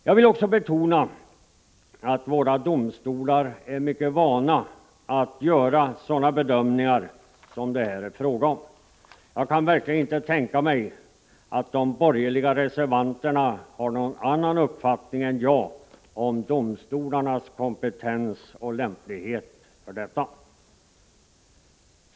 Jag vill också betona att våra domstolar är mycket vana att göra sådana bedömningar som det här är fråga om. Jag kan verkligen inte tänka mig att de borgerliga reservanterna har någon annan uppfattning än jag om domstolarnas kompetens och lämplighet för detta.